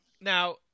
Now